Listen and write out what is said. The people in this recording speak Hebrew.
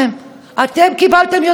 אתם קיבלתם יותר קולות.